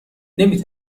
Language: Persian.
نمی